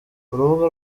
urubuga